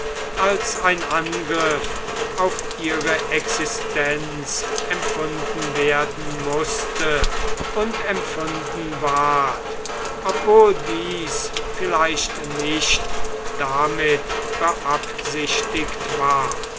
als ein angriff auf ihre existenz empfunden werden mußte und empfunden ward obwohl dies vielleicht nicht damit beabsichtigt war